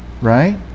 right